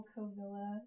Covilla